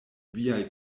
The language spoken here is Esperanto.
viaj